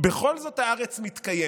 בכל זאת הארץ מתקיימת.